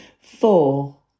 Four